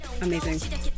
amazing